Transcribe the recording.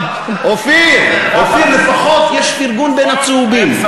אופיר, לפחות יש פרגון בין הצהובים.